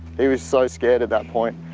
he was so scared at that point,